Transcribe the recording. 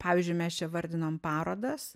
pavyzdžiui mes čia vardinom parodas